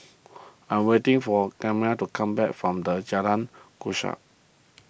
I'm waiting for Karyme to come back from the Jalan